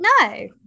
No